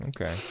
Okay